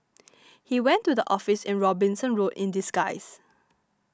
he went to the office in Robinson Road in disguise